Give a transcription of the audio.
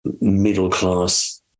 middle-class